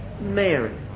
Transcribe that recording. Mary